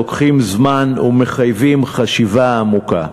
לוקחים זמן ומחייבים חשיבה עמוקה,